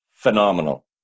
Phenomenal